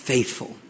Faithful